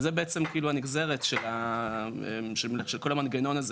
וזה בעצם כאילו הנגזרת של כל המנגנון הזה.